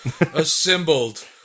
assembled